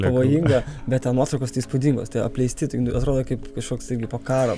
pavojinga bet ten nuotraukos tai įspūdingos tai apleisti tai atrodo kaip kažkoks irgi po karo